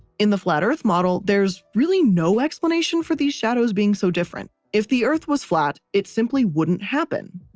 in the flat earth model, there's really no explanation for these shadows being so different. if the earth was flat, it simply wouldn't happen.